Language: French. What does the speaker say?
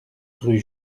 rue